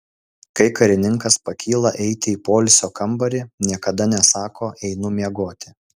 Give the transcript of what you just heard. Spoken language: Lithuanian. kai karininkas pakyla eiti į poilsio kambarį niekada nesako einu miegoti